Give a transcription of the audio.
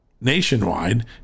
nationwide